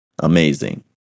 Amazing